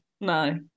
No